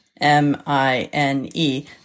M-I-N-E